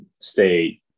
stay